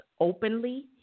openly